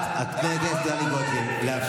תודה רבה.